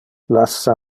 lassa